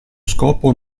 scopo